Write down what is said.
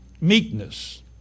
meekness